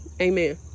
Amen